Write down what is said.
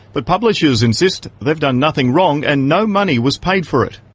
but publishers insist they've done nothing wrong and no money was paid for it.